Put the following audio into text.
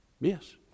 Yes